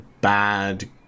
bad